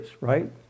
right